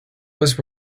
was